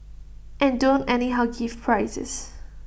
and don't anyhow give prizes